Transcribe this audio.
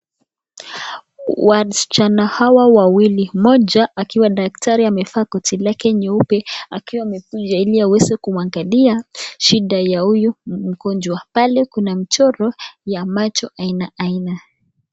Waschana hawa wawili mmoja akiwa daktari amevaa koti lake nyeupe akiwa amekuja ili aweze kuangalia shida ya huyu mgonjwa. Pale kuna mchoro ya macho aina aina.